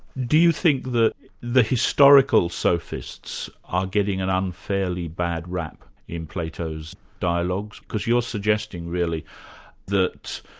do you think that the historical sophists are getting an unfairly bad wrap in plato's dialogues? because you're suggesting really that